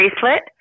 bracelet